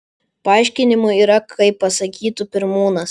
paaiškinimų yra kaip pasakytų pirmūnas